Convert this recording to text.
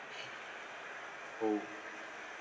oh